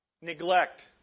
Neglect